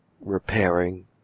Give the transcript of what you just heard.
repairing